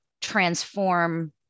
transform